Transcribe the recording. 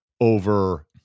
over